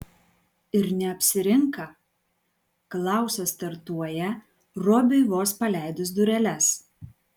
ir neapsirinka klausas startuoja robiui vos paleidus dureles